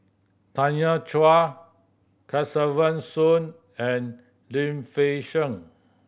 Tanya Chua Kesavan Soon and Lim Fei Shen